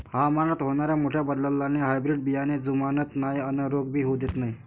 हवामानात होनाऱ्या मोठ्या बदलाले हायब्रीड बियाने जुमानत नाय अन रोग भी होऊ देत नाय